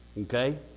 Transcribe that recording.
Okay